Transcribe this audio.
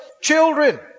children